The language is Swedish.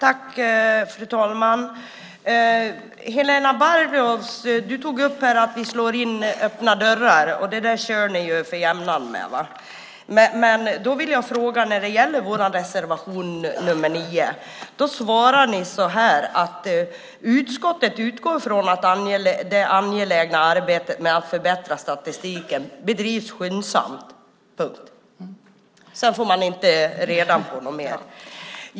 Fru talman! Helena Bargholtz tog upp att vi slår in öppna dörrar. Det kör man med för jämnan. När det gäller vår reservation nr 9 svarar majoriteten att "utskottet utgår från att det angelägna arbetet med att förbättra statistiken bedrivs skyndsamt". Sedan får man inte veta mer.